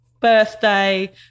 birthday